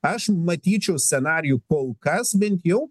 aš matyčiau scenarijų kol kas bent jau